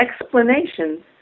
explanations